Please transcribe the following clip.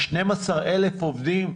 ה-12,000 עובדים,